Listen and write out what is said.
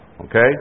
Okay